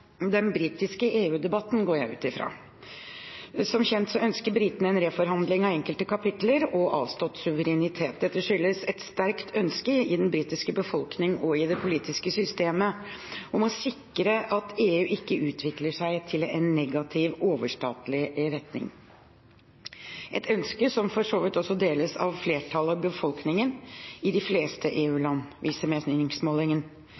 ønsker britene en reforhandling av enkelte kapitler og avstått suverenitet. Dette skyldes et sterkt ønske i den britiske befolkningen og i det politiske systemet om å sikre at EU ikke utvikler seg i en negativ, overstatlig retning. Dette er et ønske som for så vidt også deles av et flertall i befolkningen i de fleste